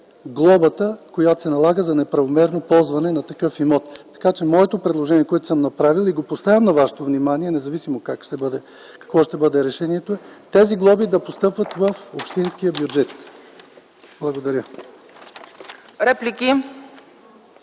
глобата, която се налага за неправомерно ползване на такъв имот. Моето предложение, което съм направил и поставям на вашето внимание, независимо какво ще бъде решението, е тези глоби да постъпват в общинския бюджет. Благодаря.